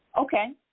Okay